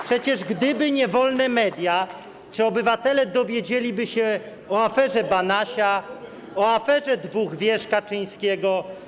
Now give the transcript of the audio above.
Przecież gdyby nie wolne media, to czy obywatele dowiedzieliby się o aferze Banasia, o aferze dwóch wież Kaczyńskiego?